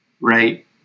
right